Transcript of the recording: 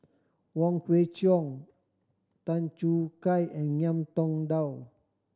Wong Kwei Cheong Tan Choo Kai and Ngiam Tong Dow